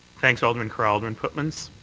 thanks, alderman carra. alderman pootmans?